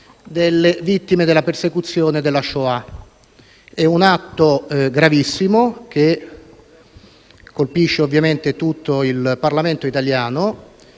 delle vittime della persecuzione della Shoah. È un atto gravissimo che colpisce ovviamente tutto il Parlamento italiano